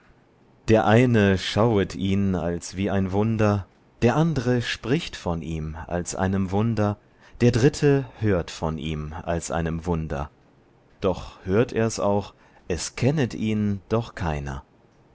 der eine schauet ihn als wie ein wunder der andre spricht von ihm als einem wunder der dritte hört von ihm als einem wunder doch hört er's auch es kennet ihn doch keiner